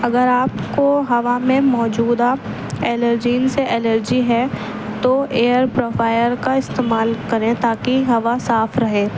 اگر آپ کو ہوا میں موجودہ الرجین سے الرجی ہے تو ایئر پرفائر کا استعمال کریں تاکہ ہوا صاف رہے